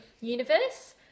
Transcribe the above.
universe